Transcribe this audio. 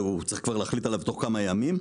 שצריך להחליט עליו כבר תוך כמה ימים,